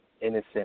innocent